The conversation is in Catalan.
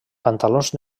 pantalons